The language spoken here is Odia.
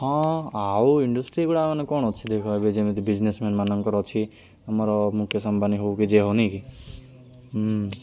ହଁ ଆଉ ଇଣ୍ଡଷ୍ଟ୍ରିଗୁଡ଼ା ମାନେ କ'ଣ ଅଛି ଦେଖିବେ ଯେମିତି ବିଜନେସ୍ ମ୍ୟାନ୍ ମାନଙ୍କର ଅଛି ଆମର ମୁକେଶ ଅମ୍ବାନୀ ହଉ କି ଯିଏ ହଉ ନାଇଁ କି ହୁଁ